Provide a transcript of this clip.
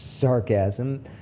sarcasm